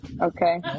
Okay